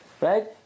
Right